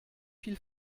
viel